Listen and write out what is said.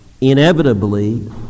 Inevitably